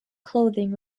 clothing